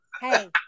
hey